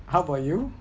how about you